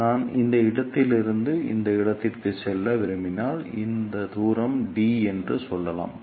எனவே நான் இந்த இடத்திலிருந்து இந்த இடத்திற்கு செல்ல விரும்பினால் இந்த தூரம் d என்று சொல்லலாம்